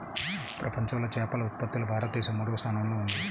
ప్రపంచంలో చేపల ఉత్పత్తిలో భారతదేశం మూడవ స్థానంలో ఉంది